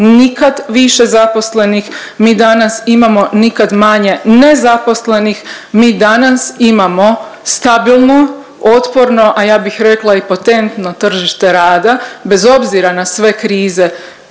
nikad više zaposlenih, mi danas imamo nikad manje nezaposlenih, mi danas imamo stabilno, otporno, a ja bih rekla i potentno tržište rada, bez obzira na sve krize